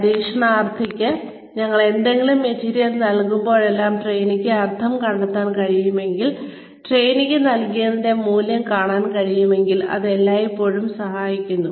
പരിശീലനാർത്ഥിക്ക് ഞങ്ങൾ എന്തെങ്കിലും മെറ്റീരിയൽ നൽകുമ്പോഴെല്ലാം ട്രെയിനിക്ക് അർത്ഥം കാണാൻ കഴിയുമെങ്കിൽ ട്രെയിനിക്ക് നൽകിയതിന്റെ മൂല്യം കാണാൻ കഴിയുമെങ്കിൽ അത് എല്ലായ്പ്പോഴും സഹായിക്കുന്നു